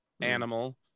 animal